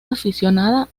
aficionada